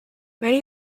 many